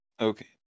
okay